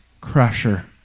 crusher